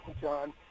John